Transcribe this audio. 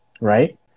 right